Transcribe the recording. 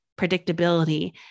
predictability